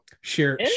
share